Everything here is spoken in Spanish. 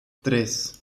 tres